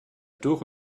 durch